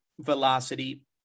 Velocity